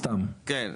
לא,